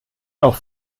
auch